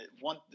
one